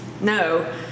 No